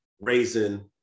raising